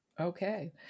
Okay